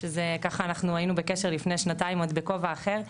שזה ככה אנחנו היינו בקשר לפני שנתיים עוד בכובע אחר,